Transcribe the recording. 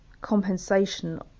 compensation